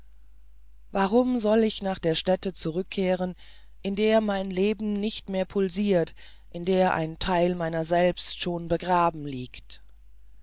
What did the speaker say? warum soll ich nach der stätte zurückkehren in der mein leben nicht mehr pulsirt in der ein theil meiner selbst schon begraben liegt